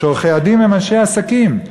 שעורכי-הדין הם אנשי עסקים.